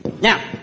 Now